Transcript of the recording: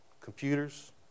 computers